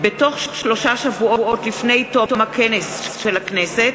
בתוך שלושה שבועות לפני תום הכנס של הכנסת,